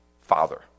father